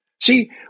see